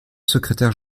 secrétaire